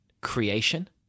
creation